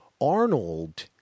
Arnold